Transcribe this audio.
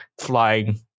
flying